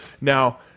Now